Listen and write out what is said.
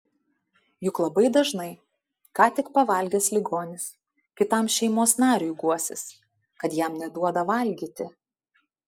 juk labai dažnai ką tik pavalgęs ligonis kitam šeimos nariui guosis kad jam neduoda valgyti